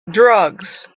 drugs